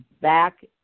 back